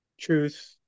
truth